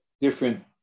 different